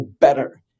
better